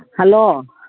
hello